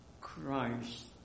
Christ